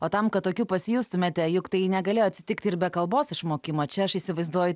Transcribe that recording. o tam kad tokiu pasijustumėte juk tai negalėjo atsitikti ir be kalbos išmokimo čia aš įsivaizduoju